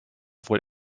wohl